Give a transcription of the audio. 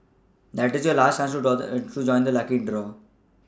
that this is your last chance to join the lucky draw